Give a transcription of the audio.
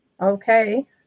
Okay